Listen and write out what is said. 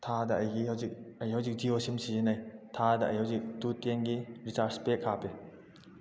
ꯊꯥꯗ ꯑꯩꯒꯤ ꯍꯧꯖꯤꯛ ꯑꯩ ꯍꯧꯖꯤꯛ ꯖꯤꯑꯣ ꯁꯤꯝ ꯁꯤꯖꯤꯟꯅꯩ ꯊꯥꯗ ꯑꯩ ꯍꯧꯖꯤꯛ ꯇꯨ ꯇꯦꯟꯒꯤ ꯔꯤꯆꯥꯔꯖ ꯄꯦꯛ ꯍꯥꯞꯄꯤ